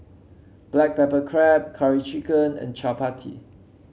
Black Pepper Crab Curry Chicken and Chappati